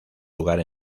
lugar